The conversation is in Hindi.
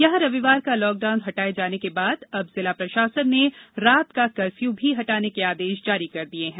यहां रविवार का लॉकडाउन हटाए जाने के बाद अब जिला प्रशासन ने रात का कर्फ्यू भी हटाने के आदेश जारी कर दिये हैं